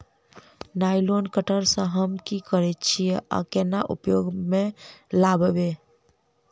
Nylon cutter सँ हम की करै छीयै आ केना उपयोग म लाबबै?